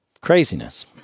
Craziness